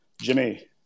Jimmy